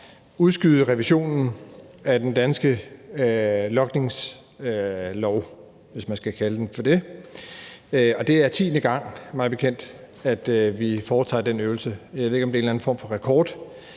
udskyde revisionen af den danske logningslov, hvis man kan kalde den det, og det er mig bekendt tiende gang, at vi foretager den øvelse. Jeg ved ikke, om det er en eller anden form for rekord.